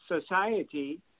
society